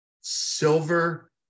silver